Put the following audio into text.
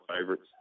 favorites